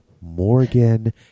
Morgan